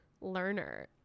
learner